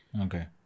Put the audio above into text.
Okay